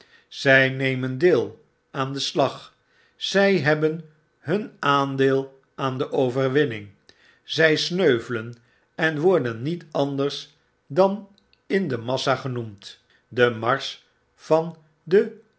zy nemen deel aan den slag zy hebben hun aandeel aan de overwinning zy sneuvelen en worden niet anders dan in de massa genoemd de marsch van den